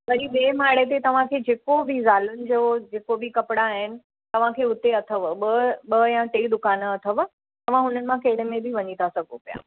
वरी ॿिए माड़े ते तव्हांखे जेको बि ज़ालुनि जो जेको बि कपिड़ा आहिनि तव्हांखे हुते अथव ॿ ॿ या टे दुकान अथव तव्हां हुननि मां कहिड़े में बि वञीं था सघो पिया